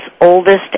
oldest